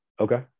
Okay